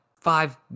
five